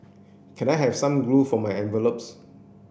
can I have some glue for my envelopes